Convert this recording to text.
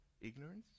ignorance